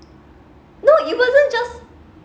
no it wasn't just